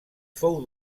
fou